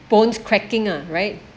bones cracking ah right